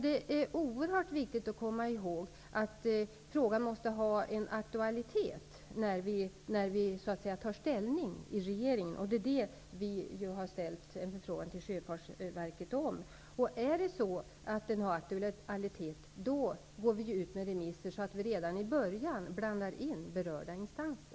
Det är oerhört viktigt att komma ihåg att frågan måste ha aktualitet när regeringen, så att säga, tar ställning. Det är om detta vi har ställt en förfrågan till Sjöfartsverket. Om det visar sig att frågan har aktualitet kommer vi att gå ut med remisser för att redan från början blanda in berörda instanser.